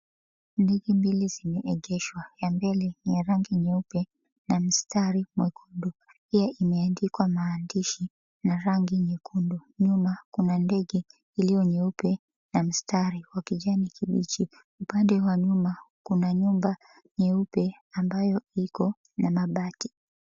Ndege mbili zimeegeshwa, ya mbele ni ya rangi nyeupe na mstari mwekundu pia imeandikwa maandishi na rangi nyekundu. Nyuma kuna ndege iliyo nyeupe na mstari wa kijani kibichi. Upande wa nyuma kuna nyumba nyeupe ambayo iko na mabati.